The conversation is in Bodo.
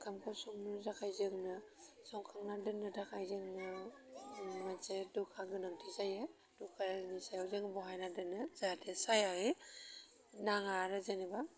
ओंखामखौ संनो थाखाय जोंनो संखांना दोन्नो थाखाय जोंनो मोनसे दुखा गोनांथि जायो दुखानि सायाव जोङो बहायना दोनो जाहाथे सायायै नाङा आरो जेनेबा